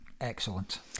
Excellent